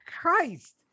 Christ